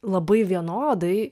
labai vienodai